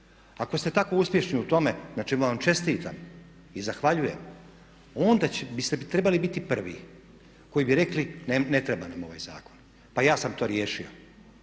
Ako ste tako uspješni u tome na čemu vam čestitam i zahvaljujem, onda biste trebali biti prvi koji bi rekli ne treba nam ovaj zakon, pa ja sam to riješio.